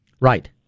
Right